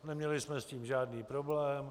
Neměli jsme s tím žádný problém.